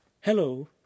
Hello